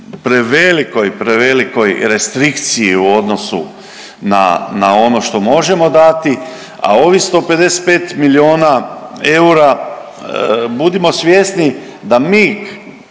prevelikoj, prevelikoj restrikciji u odnosu na, na ono što možemo dati, a ovih 155 milijuna eura budimo svjesni da mi,